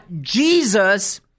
Jesus